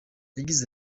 yagize